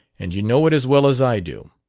and you know it as well as i do.